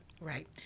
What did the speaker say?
Right